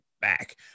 back